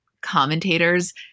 commentators